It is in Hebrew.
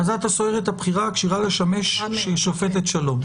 אז את הסוהרת הבכירה הכשירה לשמש שהיא שופטת שלום,